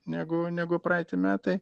negu negu praeiti metai